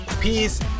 Peace